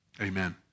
Amen